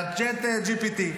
את ה-ChatGPT,